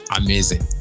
amazing